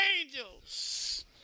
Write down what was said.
angels